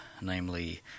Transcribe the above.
namely